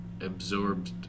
absorbed